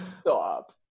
Stop